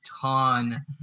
ton